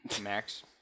Max